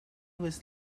with